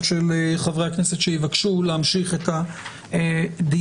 של חברי הכנסת שיבקשו להמשיך את הדיון,